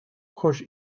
хоч